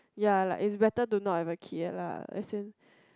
ya like is better to not have a kid lah as in